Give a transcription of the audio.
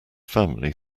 family